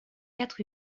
quatre